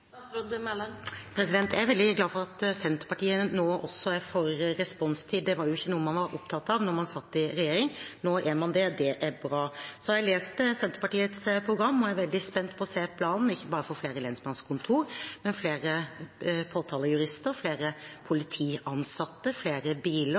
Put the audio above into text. Jeg er veldig glad for at også Senterpartiet nå er for responstid. Det var jo ikke noe man var opptatt av da man satt i regjering. Nå er man det. Det er bra. Så har jeg lest Senterpartiets program og er veldig spent på å se planen, ikke bare for flere lensmannskontor, men for flere påtalejurister, flere politiansatte, flere biler,